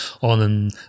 on